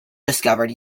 discovered